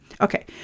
Okay